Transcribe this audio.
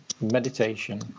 meditation